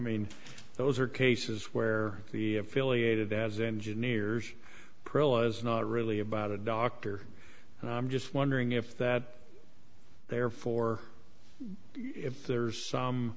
mean those are cases where the affiliated as engineers not really about a doctor and i'm just wondering if that therefore if there's some